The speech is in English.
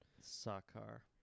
Soccer